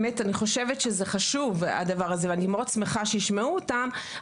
אני חושבת שזה חשוב ואני שמחה שישמעו אותם,